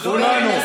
כולנו.